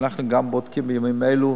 שאנחנו גם בודקים בימים אלו